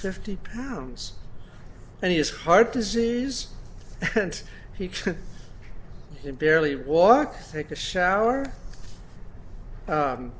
fifty pounds and his heart disease and he in barely walk take a shower